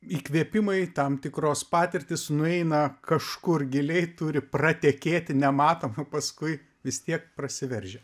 įkvėpimai tam tikros patirtys nueina kažkur giliai turi pratekėti nematoma paskui vis tiek prasiveržia